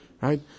right